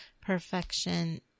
perfection